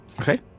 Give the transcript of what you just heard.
Okay